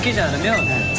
the military